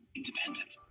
independent